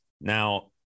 Now